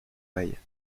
pareilles